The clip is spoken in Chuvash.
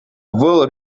вӑл